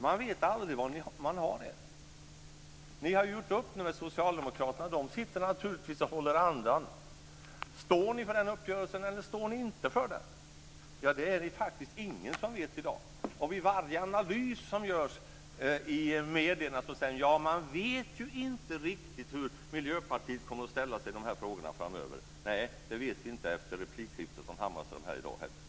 Man vet aldrig var man har er. Ni har ju gjort upp nu med Socialdemokraterna, och de sitter naturligtvis och håller andan. Står ni för uppgörelsen, eller står ni inte för den? Det är det faktiskt ingen som vet i dag. Vid varje analys som görs i medierna säger man att man inte riktigt vet hur Miljöpartiet kommer att ställa sig i de här frågorna framöver. Nej, det vet vi inte efter replikskiftet med Hammarström här i dag heller.